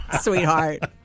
sweetheart